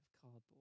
cardboard